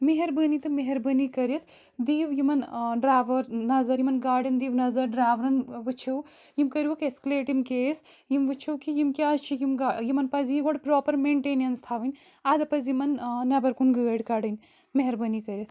مہربٲنی تہٕ مہربٲنی کٔرِتھ دِیو یِمَن ڈرٛاوَر نظر یِمَن گاڑٮ۪ن دِیو نظر ڈرٛاورن وٕچھو یِم کٔرِوکھ اٮ۪سکلیٹ یِم کیس یِم وٕچھو کہِ یِم کیٛازِ حظ چھِ یِم گا یِمن پَزِ یہِ گۄڈٕ پرٛاپَر مینٹینٮ۪نٕس تھَوٕنۍ اَدٕ پَزِ یِمَن نٮ۪بَر کُن گٲڑۍ کَڑٕنۍ مہربٲنی کٔرِتھ